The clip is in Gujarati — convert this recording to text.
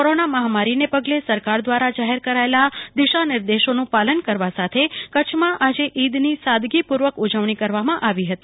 કોરોના મહામારીને પગલે સરકાર દ્રારા જાહેર કરાયેલા દિશા નિર્દેશોનું પાલન કરવા સાથે કચ્છમાં આજે ઈદની સાદગી પુ ર્વક ઉજવણી કરવામાં આવી હતી